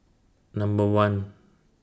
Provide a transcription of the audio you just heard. Number one